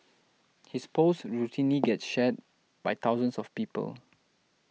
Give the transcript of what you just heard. his posts routinely get shared by thousands of people